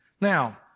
Now